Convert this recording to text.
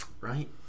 right